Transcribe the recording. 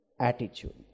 attitude